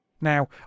Now